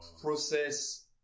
process